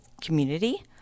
community